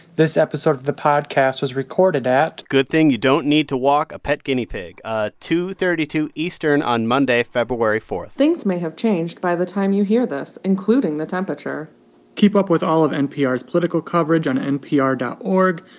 this episode of the podcast was recorded at. good thing you don't need to walk a pet guinea pig ah two thirty two eastern on monday, february four point things may have changed by the time you hear this, including the temperature keep up with all of npr's political coverage on npr dot org,